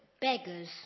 Beggars